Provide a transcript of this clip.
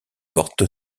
porte